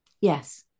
Yes